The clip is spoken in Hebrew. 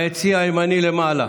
ביציע הימני למעלה,